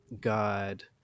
God